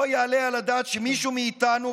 לא יעלה על הדעת שמישהו מאיתנו,